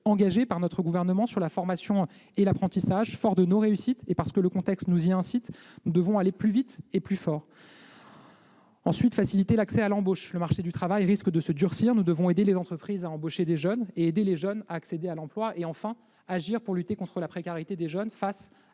engagée par notre gouvernement sur la formation et sur l'apprentissage ; forts de de nos réussites, et parce que le contexte nous y incite, nous devons aller plus vite et plus fort. En outre, il est nécessaire de faciliter l'accès à l'embauche ; le marché du travail risque de se durcir, nous devons aider les entreprises à embaucher des jeunes et aider les jeunes à accéder à l'emploi. Enfin, il convient d'agir pour lutter contre la précarité des jeunes face